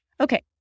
Okay